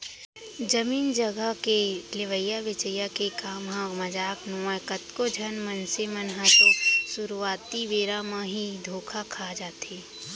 जमीन जघा के लेवई बेचई के काम ह मजाक नोहय कतको झन मनसे मन ह तो सुरुवाती बेरा म ही धोखा खा जाथे